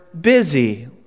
busy